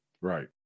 Right